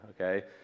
okay